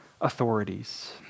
authorities